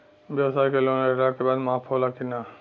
ब्यवसाय के लोन लेहला के बाद माफ़ होला की ना?